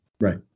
Right